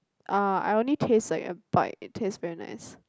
uh I only taste like a bite it taste very nice